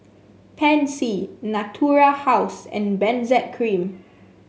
Pansy Natura House and Benzac Cream